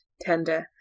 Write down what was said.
tender